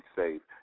safe